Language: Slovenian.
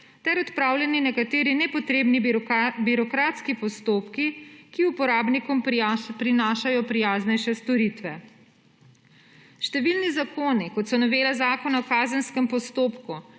ter odpravljanje nekaterih nepotrebnih birokratski postopki, ki uporabnikom prinašajo prijaznejše storitve. Številni zakoni kot so novela Zakona o kazenskem postopku,